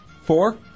Four